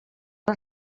les